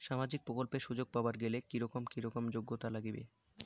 সামাজিক প্রকল্পের সুযোগ পাবার গেলে কি রকম কি রকম যোগ্যতা লাগিবে?